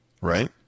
Right